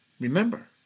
Remember